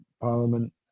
parliament